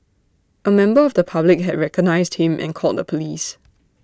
A member of the public had recognised him and called the Police